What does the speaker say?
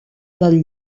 del